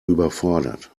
überfordert